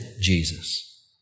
Jesus